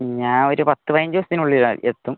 ഞാൻ ഒരു പത്ത് പതിനഞ്ച് ദിവസത്തിനുള്ളിൽ എത്തും